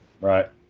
Right